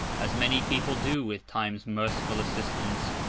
as many people do with time's merciful assistance,